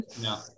no